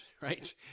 right